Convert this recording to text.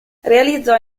realizzò